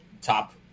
top